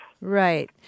Right